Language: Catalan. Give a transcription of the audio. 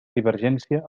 divergència